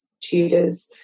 tutors